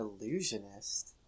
Illusionist